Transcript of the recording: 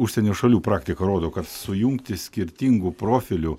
užsienio šalių praktika rodo kad sujungti skirtingų profilių